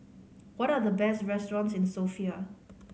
what are the best restaurants in the Sofia